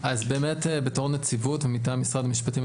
בתור נציבות ומטעם משרד המשפטים,